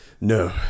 no